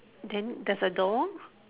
then there's a door